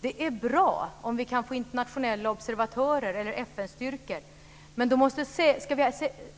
Det är bra om vi kan få internationella observatörer eller FN-styrkor, men